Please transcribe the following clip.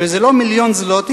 וזה לא היה מיליון זלוטי,